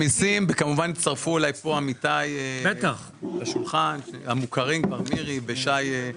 כמובן הצטרפו אלי עמיתיי שכבר מוכרים לכם מירי סביון ושי דותן